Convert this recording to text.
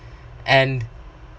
and